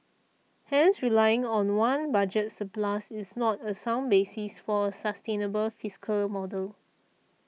hence relying on one budget surplus is not a sound basis for a sustainable fiscal model